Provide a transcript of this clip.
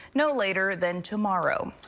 no later than tomorrow.